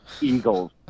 Eagles